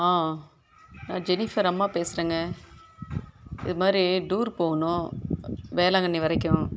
ஆ நான் ஜெனிஃபர் அம்மா பேசுகிறேங்க இது மாதிரி டூரு போகணும் வேளாங்கண்ணி வரைக்கும்